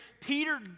Peter